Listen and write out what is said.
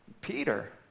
peter